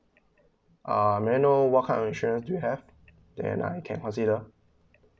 uh may I know what kind of insurance do you have that uh I can consider